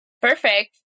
Perfect